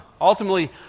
Ultimately